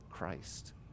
Christ